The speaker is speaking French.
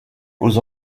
aux